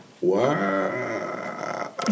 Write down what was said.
Wow